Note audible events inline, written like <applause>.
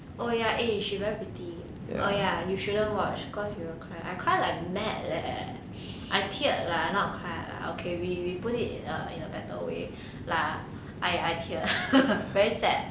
oh ya eh she's very pretty oh ya you shouldn't watch because you will cry I cry like mad leh I teared lah not cry lah okay we we put it in a in a better way lah I teared <laughs> very sad